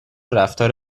رفتار